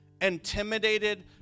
intimidated